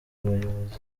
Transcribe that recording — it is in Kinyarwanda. abayobozi